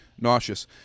nauseous